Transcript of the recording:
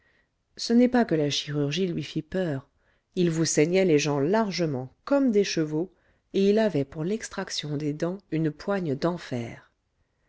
ce n'est pas que la chirurgie lui fît peur il vous saignait les gens largement comme des chevaux et il avait pour l'extraction des dents une poigne d'enfer